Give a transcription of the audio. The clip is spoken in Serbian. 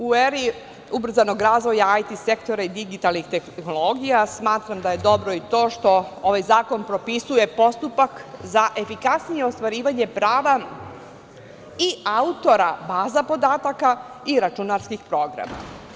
U eri ubrzanog razvoja IT sektora i digitalnih tehnologija, smatram da je dobro i to što ovaj zakon propisuje postupak za efikasnije ostvarivanje prava i autora baza podataka i računarskih programa.